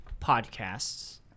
podcasts